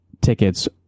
tickets